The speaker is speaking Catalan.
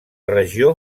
regió